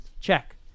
check